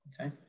okay